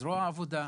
לזרוע העבודה.